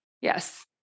Yes